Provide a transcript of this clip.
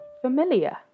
familiar